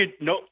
no